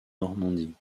normandie